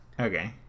okay